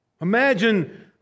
Imagine